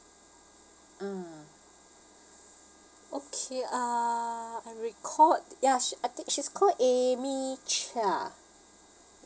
ah okay uh I recalled yes I think she's called amy chia